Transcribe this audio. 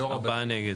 הצבעה בעד 3 נגד